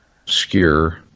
obscure